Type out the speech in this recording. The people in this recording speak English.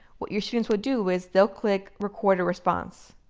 what your students will do is they'll click record a response,